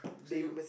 so you